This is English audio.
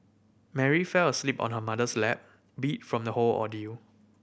Mary fell asleep on her mother's lap beat from the whole ordeal